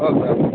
okay okay